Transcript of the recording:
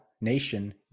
Nation